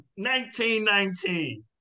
1919